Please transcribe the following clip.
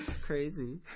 Crazy